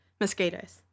mosquitoes